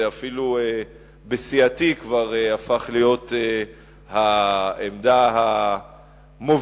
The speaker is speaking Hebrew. אפילו בסיעתי זה כבר הפך להיות העמדה המובילה.